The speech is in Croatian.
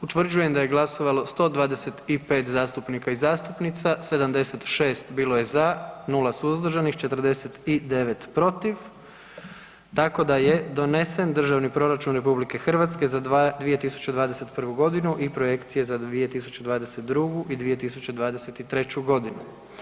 Utvrđujem da je glasovalo 125 zastupnika i zastupnica, 76 bilo je za, 0 suzdržanih, 49 protiv, tako da je donesen Državni proračun RH za 2021. godinu i projekcija za 2022. i 2023. godinu.